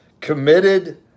committed